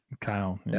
Kyle